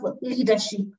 leadership